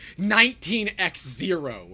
19x0